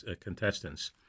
contestants